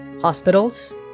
Hospitals